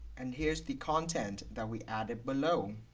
and here's the content that we added below